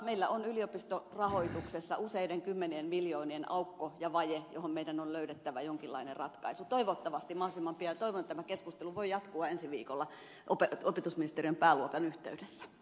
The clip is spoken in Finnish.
meillä on yliopistorahoituksessa useiden kymmenien miljoonien aukko ja vaje johon meidän on löydettävä jonkinlainen ratkaisu toivottavasti mahdollisimman pian ja toivon että tämä keskustelu voi jatkua ensi viikolla opetusministeriön pääluokan yhteydessä